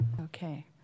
Okay